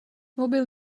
mobil